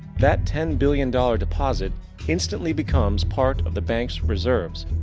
that ten billion dollar deposit instantly becomes part of the bank's reserves.